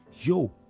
yo